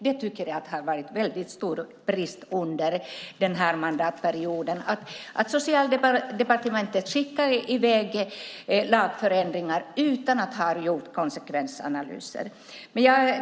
Det har varit en stor brist under den här mandatperioden att Socialdepartementet skickar iväg lagändringar utan att ha gjort konsekvensanalyser.